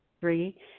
Three